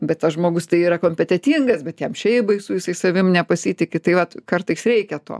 bet tas žmogus tai yra kompetentingas bet jam šiaip baisu jisai savim nepasitiki tai vat kartais reikia to